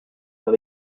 dans